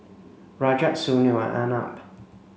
Rajat Sunil and Arnab